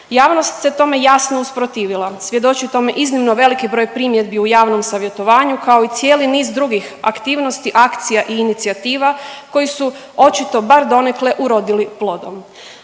Javnost se tome jasno usprotivila. Svjedoči tome iznimno veliki broj primjedbi u javnom savjetovanju kao i cijeli niz drugih aktivnosti, akcija i inicijativa koji su očito bar donekle urodili plodom.